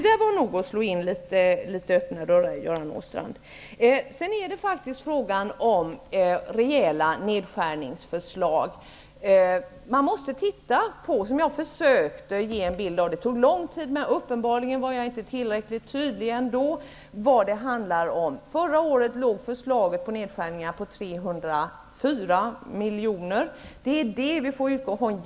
Göran Åstrand slog nog in litet öppna dörrar. Det är faktiskt fråga om rejäla nedskärningsförslag. Man måste titta på vad det handlar om. Jag försökte ge en bild av detta. Det tog lång tid, men uppenbarligen var jag inte tillräckligt tydlig. Förra året låg förslaget på nedskärningar på 304 miljoner kronor. Det är detta vi får utgå från.